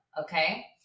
okay